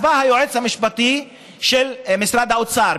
אז בא היועץ המשפטי של משרד האוצר,